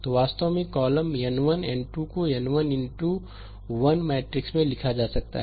तो यह वास्तव में कॉलम n 1 n 2 को n 1 इनटू 1 मैट्रिक्स मे लिखा जा सकता है